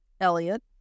Elliot